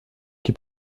qui